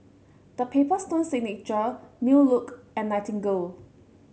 The Paper Stone Signature New Look and Nightingale